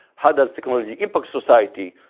how does technology impact society?